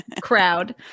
crowd